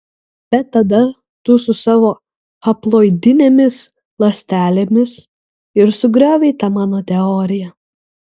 bet tada tu su savo haploidinėmis ląstelėmis ir sugriovei tą mano teoriją